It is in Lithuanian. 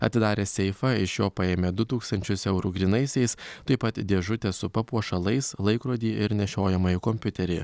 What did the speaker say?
atidarę seifą iš jo paėmė du tūkstančius eurų grynaisiais taip pat dėžutę su papuošalais laikrodį ir nešiojamąjį kompiuterį